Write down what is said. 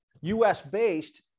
US-based